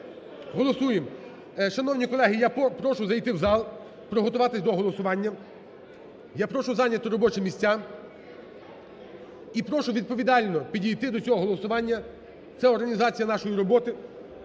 Голосуємо. Шановні колеги, я прошу зайти в зал, приготуватися до голосування. Я прошу зайняти робочі місця і прошу відповідально підійти до цього голосування. Це організація нашої, і ми